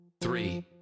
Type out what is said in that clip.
Three